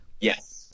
yes